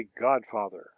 godfather